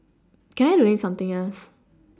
can I donate something else